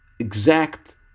exact